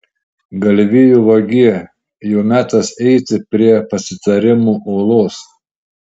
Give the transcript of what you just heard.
galvijų vagie jau metas eiti prie pasitarimų uolos